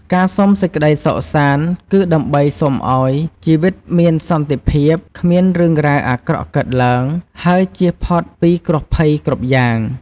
ការសុំសេចក្តីសុខសាន្ត គឺដើម្បីសុំឱ្យ ជីវិតមានសន្តិភាព គ្មាន រឿងរ៉ាវអាក្រក់កើតឡើង ហើយ ចៀសផុតពីគ្រោះភ័យ គ្រប់យ៉ាង។